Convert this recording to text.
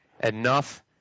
enough